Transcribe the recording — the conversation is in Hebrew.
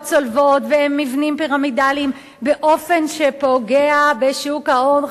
צולבות ומבנים פירמידליים באופן שפוגע בשוק ההון,